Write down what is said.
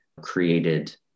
created